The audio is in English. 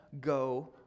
go